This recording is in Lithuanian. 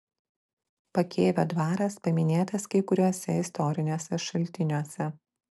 pakėvio dvaras paminėtas kai kuriuose istoriniuose šaltiniuose